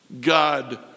God